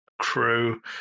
Crew